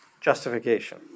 justification